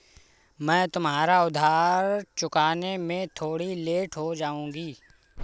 मैं तुम्हारा उधार चुकाने में थोड़ी लेट हो जाऊँगी